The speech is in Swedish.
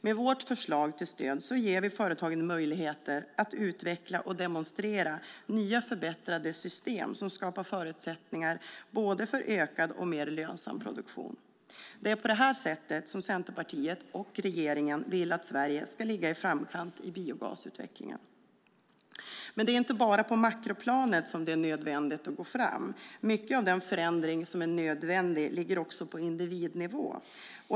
Med vårt förslag till stöd ger vi företagen möjligheter att utveckla och demonstrera nya förbättrade system som skapar förutsättningar både för ökad och mer lönsam produktion. Det är på det här sättet som Centerpartiet och regeringen vill att Sverige ska ligga i framkant i biogasutvecklingen. Men det är inte bara på makroplanet som det är nödvändigt att gå fram. Mycket av den förändring som är nödvändig ligger också på individnivå.